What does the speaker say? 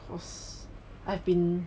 cause I've been